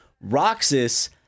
Roxas